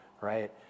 right